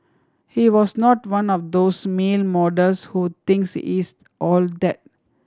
he was not one of those male models who thinks he's all that